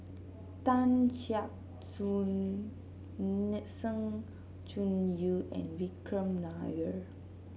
Tan Gek Suan Sng Choon Yee and Vikram Nair